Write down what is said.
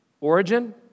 Origin